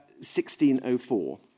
1604